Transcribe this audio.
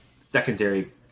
secondary